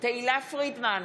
תהלה פרידמן,